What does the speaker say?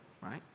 right